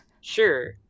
Sure